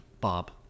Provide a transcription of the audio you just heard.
Bob